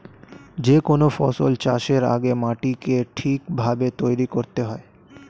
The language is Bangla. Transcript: যে কোনো ফসল চাষের আগে মাটিকে ঠিক ভাবে তৈরি করতে হয়